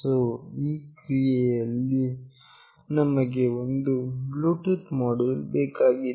so ಈ ಕ್ರಿಯೆಯಲ್ಲಿ ನಮಗೆ ಒಂದು ಬ್ಲೂಟೂತ್ ಮೋಡ್ಯುಲ್ ಬೇಕಾಗಿದೆ